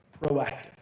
proactive